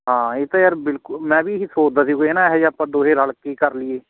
ਹਾਂ ਇਹ ਤਾਂ ਯਾਰ ਬਿਲਕੁਲ ਮੈਂ ਵੀ ਇਹ ਹੀ ਸੋਚਦਾ ਸੀ ਵੀ ਹੈ ਨਾ ਇਹੋ ਜਿਹਾ ਆਪਾਂ ਦੋਵੇਂ ਰਲ ਕੇ ਕਰ ਲਈਏ